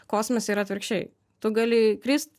kosmose yra atvirkščiai tu gali krist